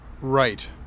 Right